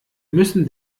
müssen